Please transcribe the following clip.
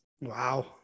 wow